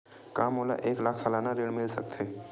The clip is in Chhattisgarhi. का मोला एक लाख सालाना ऋण मिल सकथे?